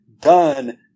done